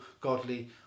godly